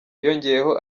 yongeyeho